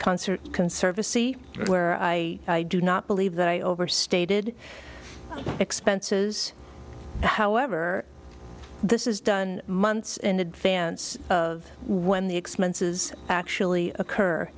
concert conservancy where i do not believe that i overstated expenses however this is done months in advance of when the expenses actually occur